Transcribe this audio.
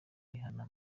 rihanna